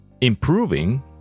improving